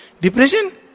Depression